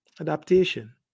Adaptation